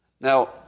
Now